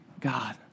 God